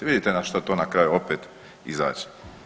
Vidite na što to na kraju opet izađe.